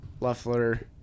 Luffler